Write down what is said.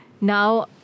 Now